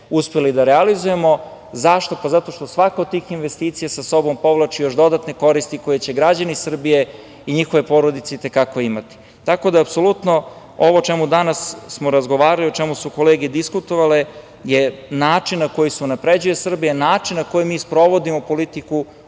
uspeli da realizujemo. Zašto? Pa, zato što svaka od tih investicija sa sobom povlači još dodatne koristi koju će građani Srbije i njihove porodice i te kako imate. Ovo o čemu smo danas razgovarali i o čemu su kolege diskutovale je način na koji se unapređuje Srbije, način na koji mi sprovodimo politiku